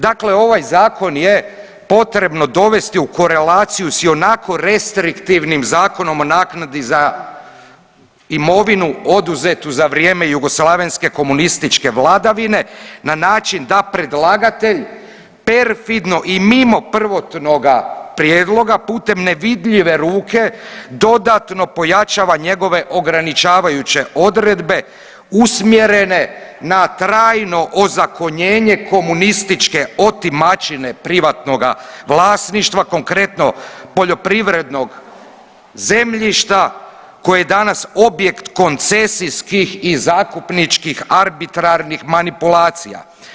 Dakle, ovaj zakon je potrebno dovesti u korelaciju s ionako restriktivnim Zakonom o naknadi za imovinu oduzetu za vrijeme jugoslavenske komunističke vladavine na način da predlagatelj perfidno i mimo prvotnoga prijedloga putem nevidljive ruke dodatno pojačava njegove ograničavajuće odredbe usmjerene na trajno ozakonjenje komunističke otimačine privatnoga vlasništva, konkretno poljoprivrednoga zemljišta koje je danas objekt koncesijskih i zakupničkih arbitrarnih manipulacija.